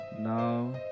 Now